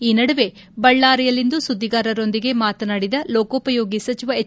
ಈ ನಡುವೆ ಬಳ್ಳಾರಿಯಲ್ಲಿಂದು ಸುದ್ದಿಗಾರರೊಂದಿಗೆ ಮಾತನಾಡಿದ ಲೋಕೋಪಯೋಗಿ ಸಚಿವ ಎಚ್